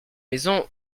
maison